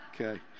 Okay